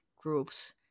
groups